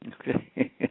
Okay